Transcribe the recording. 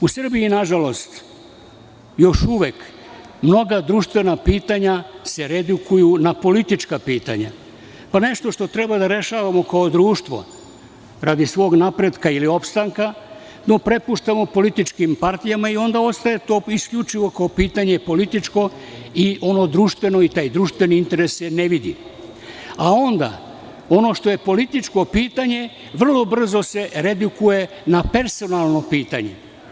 U Srbiji, nažalost, još uvek mnoga društvena pitanja se redukuju na politička pitanja, pa nešto što treba da rešavamo kao društvo, radi svog napretka ili opstanka, prepuštamo političkim partijama i onda ostaje to isključivo kao pitanje političko i ono društveno i taj društveni interes se ne vidi, a onda ono što je političko pitanje, vrlo brzo se redukuje na personalno pitanje.